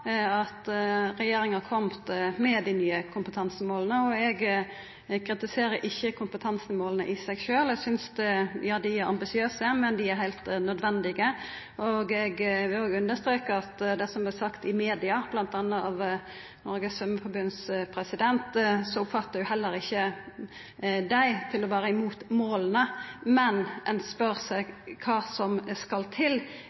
at eg synest det er veldig bra at regjeringa har kome med dei nye kompetansemåla, og eg kritiserer ikkje kompetansemåla i seg sjølve. Eg synest dei er ambisiøse, men dei er heilt nødvendige. Eg vil òg understreka at det som vert sagt i media, bl.a. av presidenten i Norges Svømmeforbund, oppfattar eg slik at heller ikkje dei er imot måla. Men ein spør seg kva som skal til